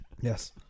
Yes